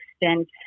extent